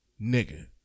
Nigga